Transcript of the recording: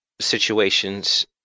situations